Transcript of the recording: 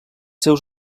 seus